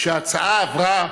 כשההצעה עברה,